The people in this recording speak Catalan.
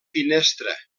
finestra